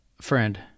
friend